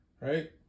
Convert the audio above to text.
right